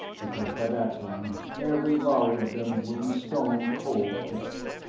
because by that time every lhari of them will be stone-cold dead.